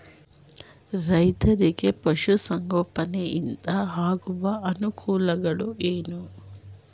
ರೈತರಿಗೆ ಪಶು ಸಂಗೋಪನೆಯಿಂದ ಆಗುವ ಅನುಕೂಲಗಳೇನು?